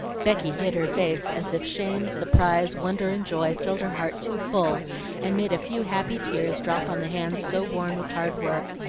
becky hid her face as if shame, surprise, wonder, and joy filled her heart too full and made a few happy tears drop on the hands so worn with hard work,